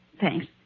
Thanks